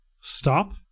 stop